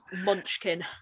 munchkin